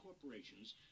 corporations